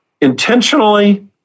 intentionally